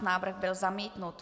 Návrh byl zamítnut.